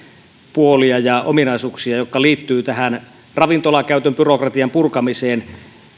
puolia ja ominaisuuksia jotka liittyvät ravintolakäytön byrokratian purkamiseen